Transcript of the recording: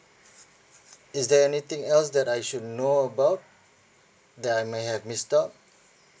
is there anything else that I should know about that I may have missed out